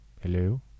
Hello